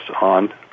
on